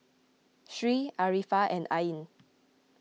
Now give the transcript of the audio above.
Sri Arifa and Ain